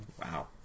Wow